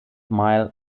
mile